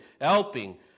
helping